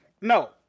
no